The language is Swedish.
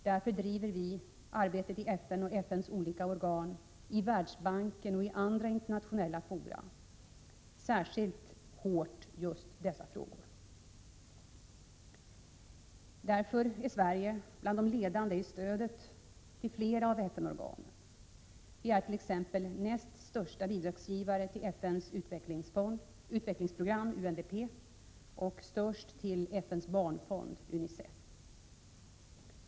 Därför driver vi under arbetet i FN och FN:s olika organ, i Världsbanken och i andra internationella fora särskilt hårt just dessa frågor. Därför är Sverige bland de ledande när det gäller stödet till flera av FN-organen. Vi är t.ex. den näst största bidragsgivaren vad gäller FN:s utvecklingsprogram, UNDP, och den största bidragsgivaren vad gäller FN:s barnfond, UNICEF.